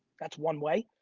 that's one way.